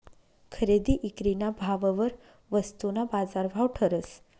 खरेदी ईक्रीना भाववर वस्तूना बाजारभाव ठरस